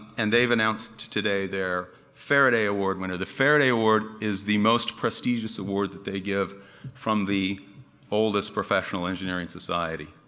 and they've announced today their faraday award winner. the faraday award is the most prestigious award that they give from the oldest professional engineering society,